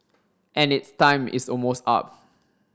and its time is almost up